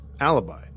alibi